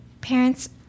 parents